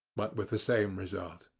but with the same result.